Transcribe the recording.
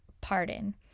pardon